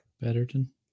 betterton